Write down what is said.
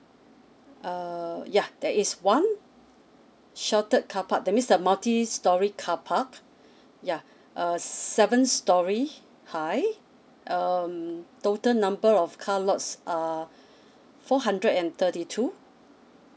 err yeah there is one sheltered carpark that means the multi storey carpark yeuh uh seven storeys high um total number of car lot are four hundred and thirty two